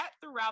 throughout